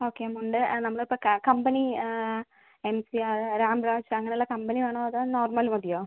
okay മുണ്ട് നമ്മൾ ഇപ്പം company M C R Ramraj അങ്ങനെ ഉള്ള കമ്പനി വേണോ അതോ നോർമൽ മതിയോ